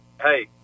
Hey